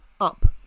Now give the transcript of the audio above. up